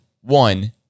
one